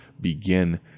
begin